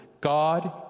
God